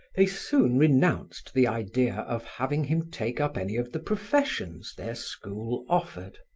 they soon renounced the idea of having him take up any of the professions their school offered.